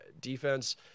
defense